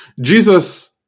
Jesus